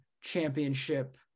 championship